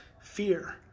Fear